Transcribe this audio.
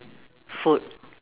food